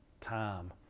time